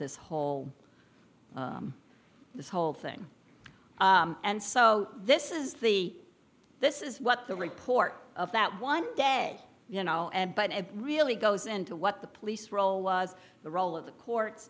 this whole this whole thing and so this is the this is what the report of that one day you know and but it really goes into what the police role was the role of the courts